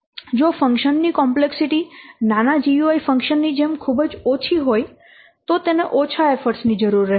જો ફંકશન ની કોમ્પ્લેક્સિટી નાના GUI ફંકશન ની જેમ ખૂબ ઓછી હોય છે તો તેને ઓછા એફર્ટ ની જરૂર રહે છે